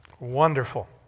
Wonderful